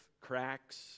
cracks